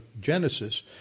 Genesis